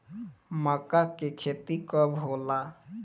मक्का के खेती कब होला?